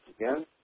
again